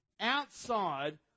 outside